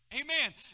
Amen